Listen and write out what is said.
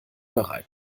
bereit